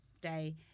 day